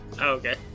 Okay